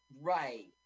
Right